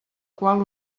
qual